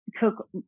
took